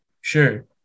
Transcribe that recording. sure